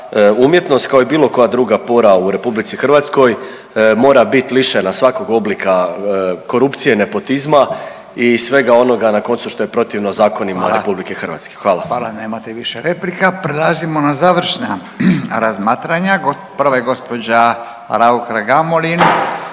umjetnost kao i bilo koja druga pora u RH mora biti lišena svakog oblika korupcije, nepotizma i svega onoga na koncu što je protivno zakonima …/Upadica: Hvala./… RH. Hvala. **Radin, Furio (Nezavisni)** Hvala, nemate više replika. Prelazimo na završna razmatranja, prva je gospođa Raukar Gamulin,